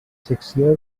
secció